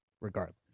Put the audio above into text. regardless